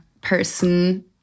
person